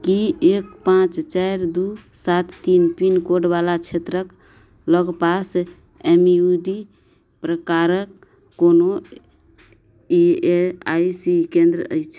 कि एक पाँच चारि दुइ सात तीन पिनकोडवला क्षेत्रके लगपास एम यू डी प्रकारके कोनो ई एस आइ सी केन्द्र अछि